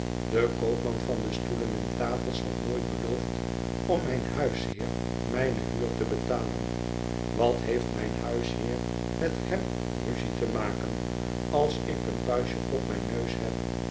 de koopman van de stoelen en tafels had nooit beloofd om mijn huisheer mijne huur te betalen wat heeft mijn huisheer met hem ruzie te maken als ik een puistje op mijn neus heb